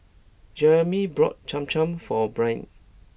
Jeremey brought Cham Cham for Brynn